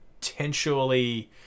potentially